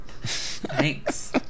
Thanks